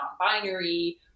non-binary